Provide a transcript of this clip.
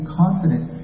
confident